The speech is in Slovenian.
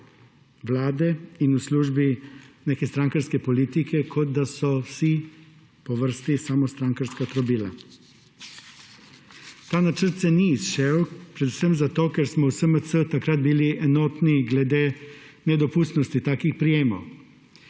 Vlade in v službi neke strankarske politike, kot da so vsi po vrsti samo strankarska trobila. Ta načrt se ni izšel predvsem zato, ker smo v SMC takrat bili enotni glede nedopustnosti takih prijemov,